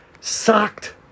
sucked